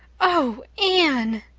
oh, anne,